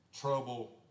trouble